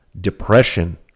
depression